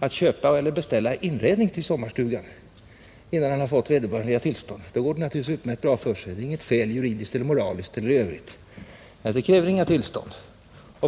att köpa eller beställa inredning till sommarstugan innan han fått vederbörliga tillstånd går det naturligtvis utmärkt bra — det är inget fel i det moraliskt, juridiskt eller i övrigt. För det krävs inget tillstånd.